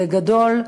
גדול,